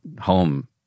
home